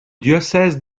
diocèse